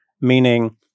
meaning